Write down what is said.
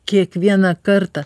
kiekvieną kartą